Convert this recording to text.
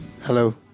Hello